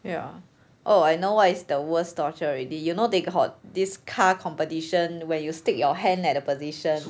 ya oh I know what is the worst torture already you know take got this car competition where you stick your hand at the position